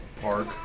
Park